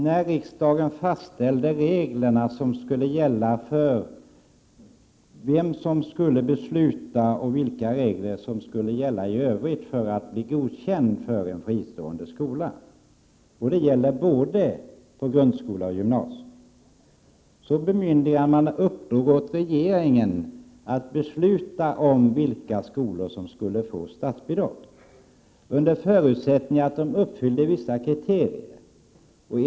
När riksdagen fastställde vilka regler som skulle gälla för att godkänna en fristående skola — det gäller både grundskola och gymnasium — och vem som skulle besluta i sådana fall, bemyndigade man regeringen att besluta om vilka skolor som skulle få statsbidrag under förutsättning att de uppfyllde vissa kriterier.